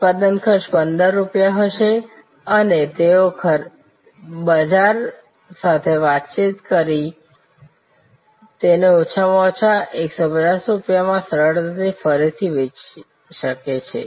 ઉત્પાદન ખર્ચ 15 રૂપિયા હશે અને તેઓએ બજાર સાથે તપાસ કરી તેને ઓછામાં ઓછા 150 રૂપિયામાં સરળતાથી ફરીથી વેચી શકાય છે